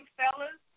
fellas